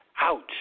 Ouch